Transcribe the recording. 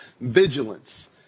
vigilance